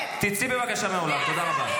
מי עשה לך --- מהכנסת?